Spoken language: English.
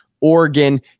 Oregon